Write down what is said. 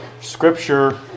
Scripture